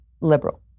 liberal